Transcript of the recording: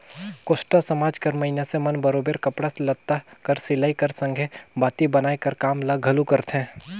कोस्टा समाज कर मइनसे मन बरोबेर कपड़ा लत्ता कर सिलई कर संघे बाती बनाए कर काम ल घलो करथे